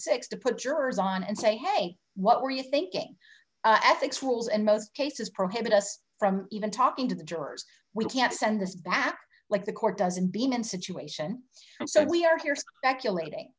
six to put jurors on and say hey what were you thinking ethics rules in most cases prohibit us from even talking to the jurors we can't send this back like the court doesn't deem and situation so we are here speculating